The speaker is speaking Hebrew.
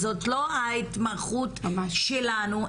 זאת לא ההתמחות שלנו.